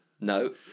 No